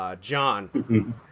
John